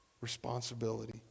responsibility